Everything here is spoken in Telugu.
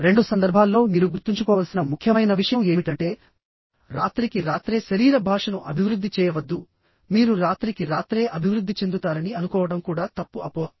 ఇప్పుడు రెండు సందర్భాల్లో మీరు గుర్తుంచుకోవలసిన అతి ముఖ్యమైన విషయం ఏమిటంటే రాత్రికి రాత్రే శరీర భాషను అభివృద్ధి చేయవద్దుమీరు రాత్రికి రాత్రే అభివృద్ధి చెందుతారని అనుకోవడం కూడా తప్పు అపోహ